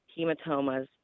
hematomas